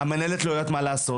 המנהלת לא יודעת מה לעשות,